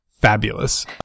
Fabulous